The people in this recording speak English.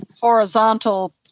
horizontal